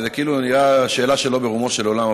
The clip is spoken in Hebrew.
זו כאילו נראית שאלה שלא ברומו של עולם,